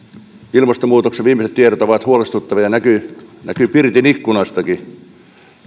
ilmastonmuutoksen viimeiset tiedot ovat huolestuttavia ja näkyy näkyy pirtin ikkunastakin